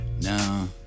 No